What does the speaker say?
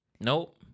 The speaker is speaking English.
Nope